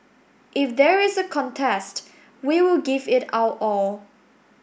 if there is a contest we will give it our all